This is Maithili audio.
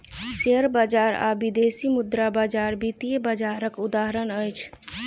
शेयर बजार आ विदेशी मुद्रा बजार वित्तीय बजारक उदाहरण अछि